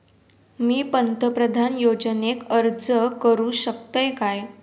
मी पंतप्रधान योजनेक अर्ज करू शकतय काय?